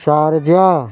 Sharjah